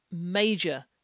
major